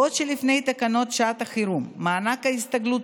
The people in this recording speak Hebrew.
בעוד שלפי תקנות שעת חירום מענק ההסתגלות